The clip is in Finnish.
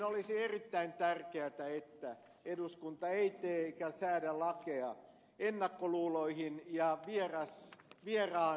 olisi erittäin tärkeätä että eduskunta ei tee eikä säädä lakeja ennakkoluuloihin ja vieras viljaa